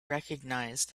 recognize